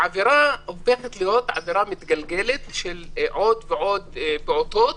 העבירה הופכת להיות עבירה מתגלגלת של עוד ועוד פעוטות,